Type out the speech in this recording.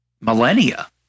millennia